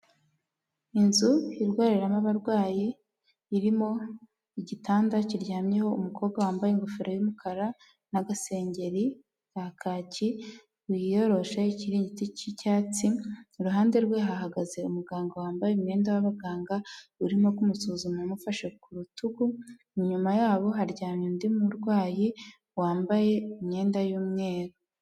Inzu irwariramo abarwayi, irimo igitanda kiryamyeho umukobwa wambaye ingofero y'umukara n'agasengeri ka kaki, wiyoroshe ikiringiti k'icyatsi, iruhande rwe hahagaze umuganga wambaye umwenda w'abaganga, urimo kumusuzuma amufashe ku rutugu, inyuma yabo haryamye undi murwayi wambaye imyenda y'umweru.